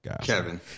Kevin